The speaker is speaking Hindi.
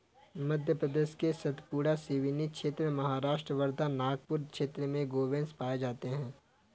मध्य प्रदेश के सतपुड़ा, सिवनी क्षेत्र, महाराष्ट्र वर्धा, नागपुर क्षेत्र में गोवंश पाये जाते हैं